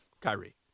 Kyrie